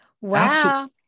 Wow